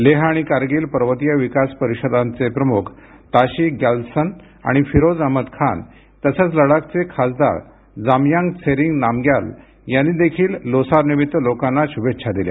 लेह आणि कारगिल पर्वतीय विकास परिषदांचे प्रमुख ताशी ग्याल्तसन आणि फीरोझ अहमद खान तसंच लडाखचे खासदार जामयांग त्सेरिंग नामग्याल यांनी देखील लोसारनिमित्त लोकांना शुभेच्छा दिल्या